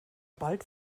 bald